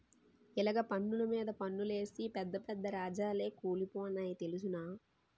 ఇలగ పన్నులు మీద పన్నులేసి పెద్ద పెద్ద రాజాలే కూలిపోనాయి తెలుసునా